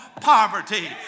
poverty